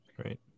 Great